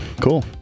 cool